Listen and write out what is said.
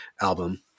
album